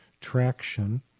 traction